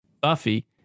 Buffy